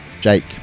Jake